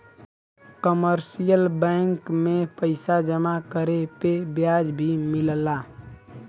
commercial bank में पइसा जमा करे पे ब्याज भी मिलला